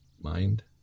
mind